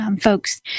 folks